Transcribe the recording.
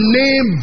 name